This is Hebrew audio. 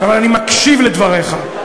אבל אני מקשיב לדבריך.